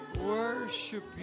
worship